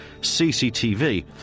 CCTV